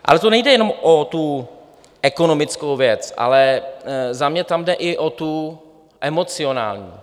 Ale to nejde jenom o tu ekonomickou věc, ale za mě tam jde i o tu emocionální.